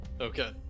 Okay